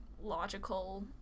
logical